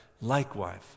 likewise